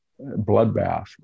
bloodbath